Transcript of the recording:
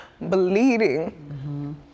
bleeding